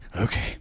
Okay